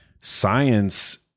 science